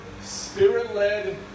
spirit-led